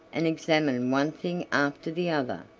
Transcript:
and examined one thing after the other.